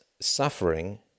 suffering